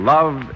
Love